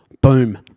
Boom